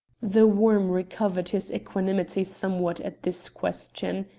the worm recovered his equanimity somewhat at this question.